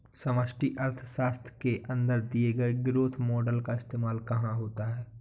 समष्टि अर्थशास्त्र के अंदर दिए गए ग्रोथ मॉडेल का इस्तेमाल कहाँ होता है?